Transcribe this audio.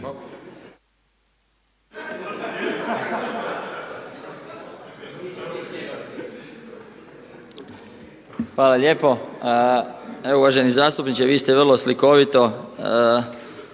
Hvala lijepo. Evo uvaženi zastupniče vi ste vrlo slikovito